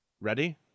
Ready